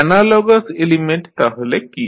analogous element তাহলে কী